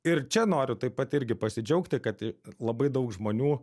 ir čia noriu taip pat irgi pasidžiaugti kad labai daug žmonių